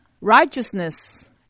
Righteousness